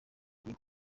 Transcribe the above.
green